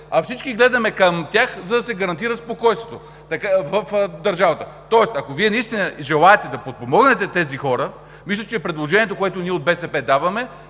а всички гледаме към тях, за да се гарантира спокойствието в държавата. Тоест ако Вие наистина желаете да подпомогнете тези хора, мисля, че предложението, което даваме